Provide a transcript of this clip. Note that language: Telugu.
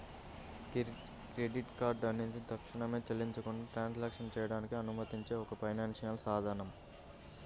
క్రెడిట్ కార్డ్ అనేది తక్షణమే చెల్లించకుండా ట్రాన్సాక్షన్లు చేయడానికి అనుమతించే ఒక ఫైనాన్షియల్ సాధనం